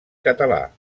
català